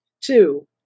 Two